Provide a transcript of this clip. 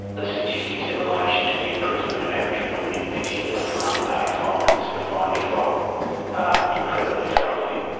the statistics in relation to the imprisonment of aboriginal women in particular for unpaid fines, for fine default, are incredibly troubling.